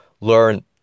learn